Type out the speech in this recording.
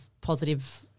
positive –